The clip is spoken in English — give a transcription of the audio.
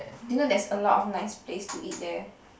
do you know there's a lot of nice place to eat there